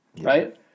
Right